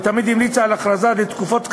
אלא תמיד המליצה על הכרזה לתקופות קצרות,